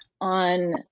on